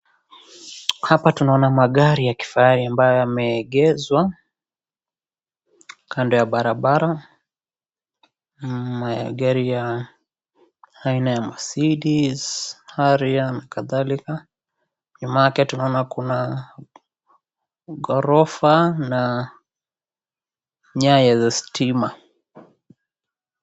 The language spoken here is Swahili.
Hapa tunaona magari ya kifahari ambayo yameegezwa kando ya barabara. Magari ya aina ya Mercedes, Harrier na kadhalika. Nyuma yake tunaona kuna ghorofa, na nyaya za stima.